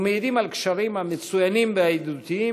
ומעידים על קשרים המצוינים והידידותיים